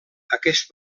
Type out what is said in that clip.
aquest